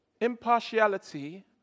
Impartiality